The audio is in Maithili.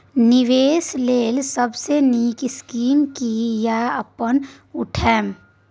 निवेश लेल सबसे नींक स्कीम की या अपन उठैम?